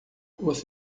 você